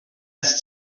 ins